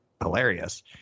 hilarious